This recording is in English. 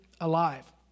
alive